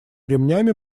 ремнями